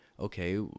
okay